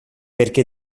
perché